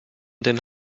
den